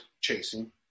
chasing